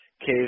Cave